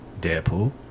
Deadpool